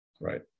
Right